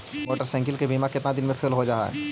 Motorcycle के बिमा केतना दिन मे फेल हो जा है?